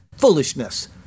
Foolishness